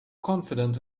confident